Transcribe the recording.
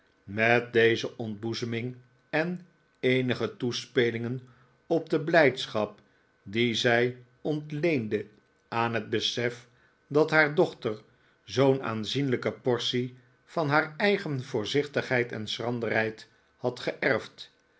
met deze ontboezeming en eenige toespelingen op de blijdschap die zij ontleende aan het besef dat haar dochter zoo'n aanzienlijke portie van haar eigen voorzichtigheid en schranderheid had geerfd